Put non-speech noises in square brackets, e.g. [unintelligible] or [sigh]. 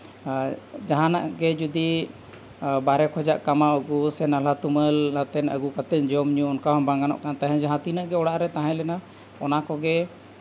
ᱡᱟᱦᱟᱱᱟᱜ ᱜᱮ ᱡᱩᱫᱤ ᱵᱟᱨᱦᱮ ᱠᱷᱚᱡᱟᱜ ᱠᱟᱢᱟᱣ ᱟᱹᱜᱩ ᱥᱮ ᱱᱟᱞᱦᱟ ᱛᱩᱢᱟᱹᱞ [unintelligible] ᱟᱹᱜᱩ ᱠᱟᱛᱮᱫ ᱡᱚᱢᱼᱧᱩ ᱚᱱᱠᱟ ᱢᱟ ᱵᱟᱝ ᱜᱟᱱᱚᱜ ᱠᱟᱱ ᱛᱟᱦᱮᱸᱫ ᱡᱟᱦᱟᱸ ᱛᱤᱱᱟᱹᱜᱼᱜᱮ ᱚᱲᱟᱜ ᱨᱮ ᱛᱟᱦᱮᱸᱞᱮᱱᱟ ᱚᱱᱟ ᱠᱚᱜᱮ